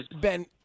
Ben